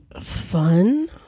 fun